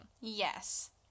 Yes